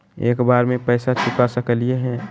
एक बार में पैसा चुका सकालिए है?